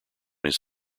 his